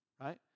right